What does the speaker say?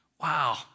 Wow